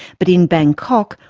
but in bangkok,